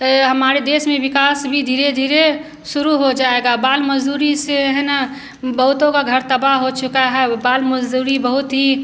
ए हमारे देश में विकास भी धीरे धीरे शुरू हो जाएगा बाल मज़दूरी से है न बहुतों का घर तबाह हो चुका है व बाल मज़दूरी बहुत ही